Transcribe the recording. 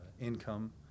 income